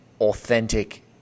authentic